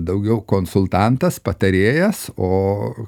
daugiau konsultantas patarėjas o